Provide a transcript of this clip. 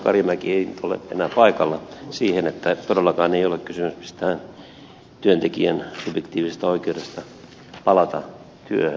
karimäki ei nyt ole enää paikalla siihen että todellakaan ei ole kysymys mistään työntekijän subjektiivisesta oikeudesta palata työhön